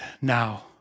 now